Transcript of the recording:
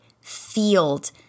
field